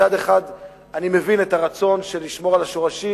מצד אחד אני מבין את הרצון לשמור על השורשים,